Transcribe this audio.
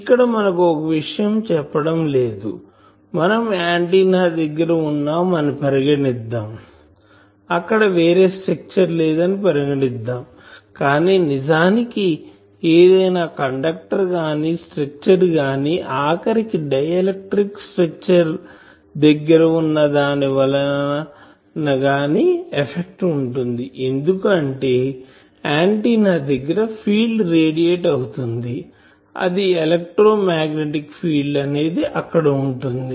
ఇక్కడ మనకు ఒక విషయం చెప్పడం లేదు మనం ఆంటిన్నా దగ్గర వున్నాం అని పరిగణిద్దాం అక్కడ వేరే స్ట్రక్చర్ లేదు అని పరిగణిద్దాంకానీ నిజానికి ఏదైనా కండక్టర్ గానిస్ట్రక్చర్ గాని ఆఖరికి డైఎలక్ట్రిక్ స్ట్రక్చర్ దగ్గర వున్నా దాని వలన ఎఫెక్ట్ ఉంటుంది ఎందుకు అంటే ఆంటిన్నా దగ్గర ఫీల్డ్ రేడియేట్ అవుతుంది అది ఎలక్ట్రోమాగ్నెటిక్ ఫీల్డ్ అనేది అక్కడ వుంటుంది